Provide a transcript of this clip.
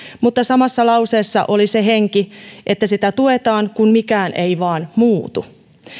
mutta samassa lauseessa oli se henki että sitä tuetaan kun mikään ei vain muutu